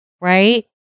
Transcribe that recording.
right